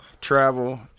travel